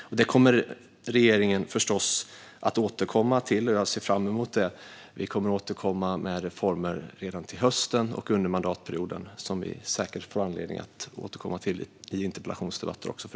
Regeringen kommer förstås att återkomma till detta, och jag ser fram emot det. Vi kommer att återkomma med reformer redan till hösten och under mandatperioden. Det får vi säkert anledning att återkomma till även i interpellationsdebatter.